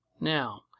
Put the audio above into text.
Now